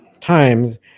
times